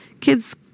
kids